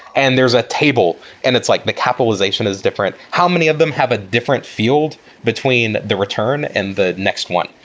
and there's a table and it's like the capitalization is different. how many of them have a different fi eld between the return and the next one?